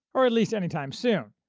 or at least anytime soon,